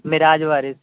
Miraj Waris